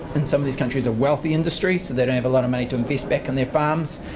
in some of these countries, a wealthy industry, so they don't have a lot of money to invest back in their farms.